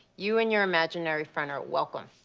you and your imaginary friend are welcome.